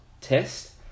test